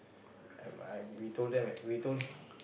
uh I we told them that we told